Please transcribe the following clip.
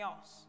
else